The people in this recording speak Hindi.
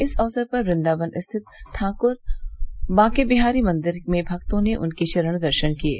इस अवसर पर वृंदावन स्थित ठाकुर बांके बिहारी मंदिर में भक्तों ने उनके चरण दर्शन किये